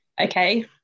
Okay